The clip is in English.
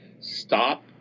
stop